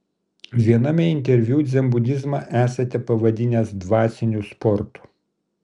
viename interviu dzenbudizmą esate pavadinęs dvasiniu sportu